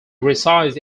resides